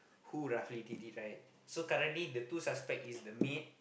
who roughly did it right so currently the two suspect is the maid